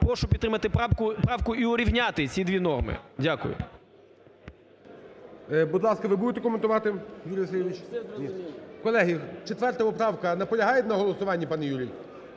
Прошу підтримати правку і урівняти ці дві норми. Дякую. ГОЛОВУЮЧИЙ. Будь ласка, ви будете коментувати, Юрій Васильович? Колеги, 4 поправка. Наполягаєте на голосуванні, пане Юрій?